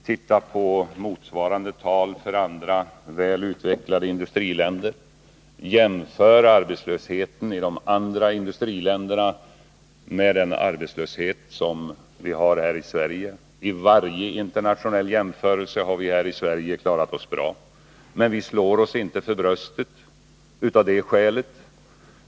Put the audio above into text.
Se på motsvarande tal för andra väl utvecklade industriländer! Jämför arbetslösheten i de andra industriländerna med den arbetslöshet som vi har här i Sverige! Vid varje internationell jämförelse har Sverige klarat sig bra. Men vi slår oss inte för bröstet av det skälet.